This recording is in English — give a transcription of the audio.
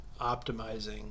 optimizing